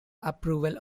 approval